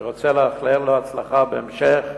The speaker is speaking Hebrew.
אני רוצה לאחל לו הצלחה בהמשך.